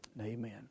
Amen